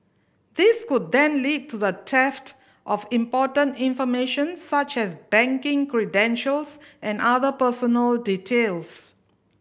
this could then lead to the theft of important information such as banking credentials and other personal details